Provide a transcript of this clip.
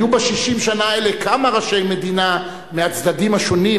היו ב-60 שנה האלה כמה ראשי מדינה מהצדדים השונים,